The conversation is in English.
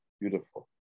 beautiful